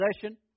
possession